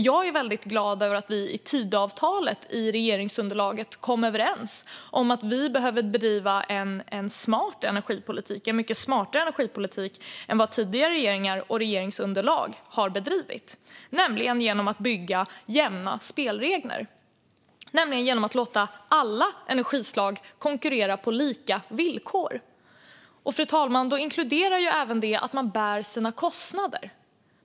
Jag är väldigt glad över att vi i regeringsunderlaget i Tidöavtalet kom överens om att vi behöver bedriva en smart energipolitik, en mycket smartare energipolitik än vad tidigare regeringar och regeringsunderlag har bedrivit, genom att bygga jämna spelregler och låta alla energislag konkurrera på lika villkor. Fru talman! Då inkluderar det även att man bär sina kostnader.